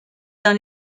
dans